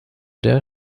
der